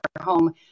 home